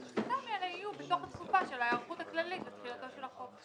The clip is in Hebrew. אז השנתיים האלה יהיו בתוך התקופה של ההיערכות הכללית לתחילתו של החוק.